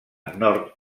nord